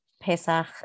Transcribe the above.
Pesach